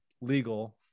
legal